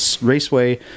Raceway